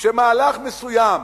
שמהלך מסוים